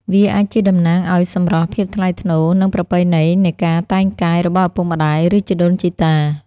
វាអាចជាតំណាងឲ្យ សម្រស់ ភាពថ្លៃថ្នូរ និង ប្រពៃណីនៃការតែងកាយ របស់ឪពុកម្ដាយ ឬជីដូនជីតា។